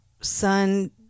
son